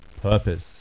purpose